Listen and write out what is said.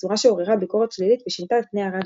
בצורה שעוררה ביקורת שלילית ושינתה את פני הרדיו.